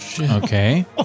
Okay